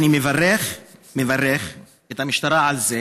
אני מברך, מברך את המשטרה על זה